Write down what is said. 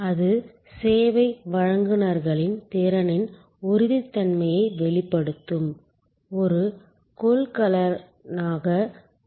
அது சேவை வழங்குநர்களின் திறனின் உறுதித்தன்மையை வெளிப்படுத்தும் ஒரு கொள்கலனாக மாறும்